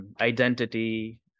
identity